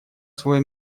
свое